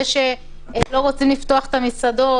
זה שלא רוצים לפתוח את המסעדות,